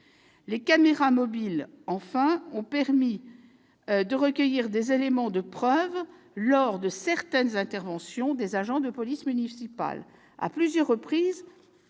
les caméras mobiles ont permis de recueillir des éléments de preuve lors de certaines interventions des agents de police municipale. À plusieurs reprises,